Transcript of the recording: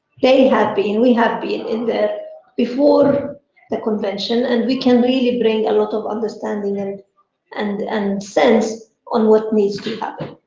they have been, we have been in there before the convention and we can really bring a lot of understanding and and and sense on what needs to happen.